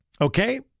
Okay